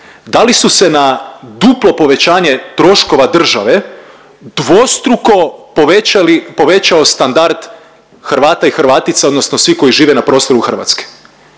da li su se na duplo povećanje troškova države dvostruko povećali, povećao standard Hrvata i Hrvatica odnosno svih koji žive na prostoru Hrvatske?